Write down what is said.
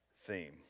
theme